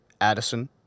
Addison